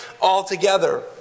altogether